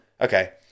Okay